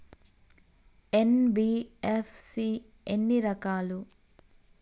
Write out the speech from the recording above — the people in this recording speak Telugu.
ఎన్.బి.ఎఫ్.సి ఎన్ని రకాలు?